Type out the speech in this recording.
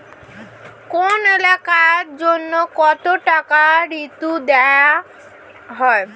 কোন এলাকার জন্য কত টাকা ঋণ দেয়া হয়?